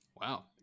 Wow